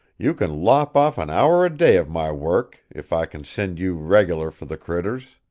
you can lop off an hour a day of my work if i c'n send you reg'lar for the critters.